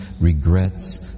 regrets